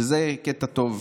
שזה קטע טוב.